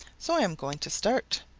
so i am going to start.